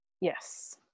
yes